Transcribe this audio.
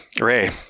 Ray